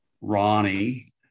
Ronnie